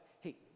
hey